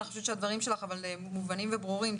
אבל אני חושבת שהדברים שלך מובנים וברורים.